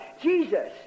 Jesus